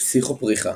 פסיכופריחה,